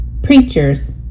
preachers